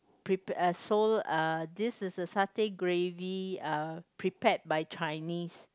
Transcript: prep (pare) so uh this is the satay gravy uh prepared by Chinese